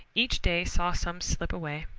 each day saw some slip away.